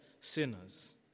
sinners